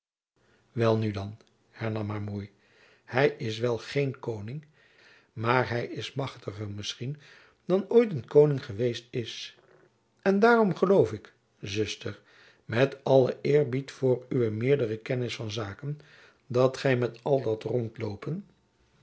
nu dan hernam haar moei hy is wel geen koning maar hy is machtiger misschien dan ooit een koning geweest is en daarom geloof ik zuster met allen eerbied voor uwe meerdere kennis van zaken dat gy met al dat rondloopen